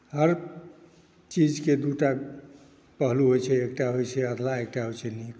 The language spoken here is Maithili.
हर चीजके दू टा पहलू होइ छै एक टा होइ छै अधलाह एक टा होइ छै नीक